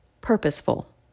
purposeful